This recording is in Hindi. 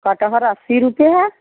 कटहल अस्सी रुपये है